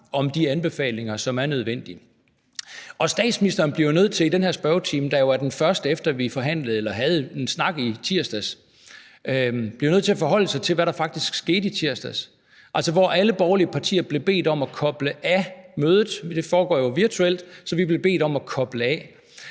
om de anbefalinger, som er nødvendige. Statsministeren bliver nødt til i den her spørgetime, der jo er den første, efter vi forhandlede eller havde en snak i tirsdags, at forholde sig til, hvad der faktisk skete i tirsdags, hvor alle borgerlige partier blev bedt om at koble sig af mødet – det foregår jo virtuelt. Blev vi bedt om at koble os